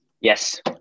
yes